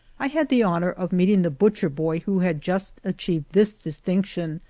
i had the honor of meeting the butcher boy who had just achieved this distinction,